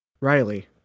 Riley